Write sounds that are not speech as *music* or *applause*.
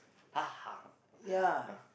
ha ha *breath* ah